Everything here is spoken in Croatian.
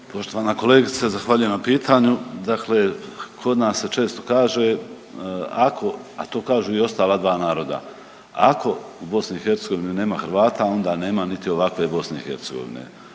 Poštovana kolegice, zahvaljujem na pitanju. Dakle kod nas se često kaže ako, a to kažu i ostala dva naroda, ako u BiH nema Hrvata onda nema niti ovakve BiH,